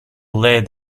laid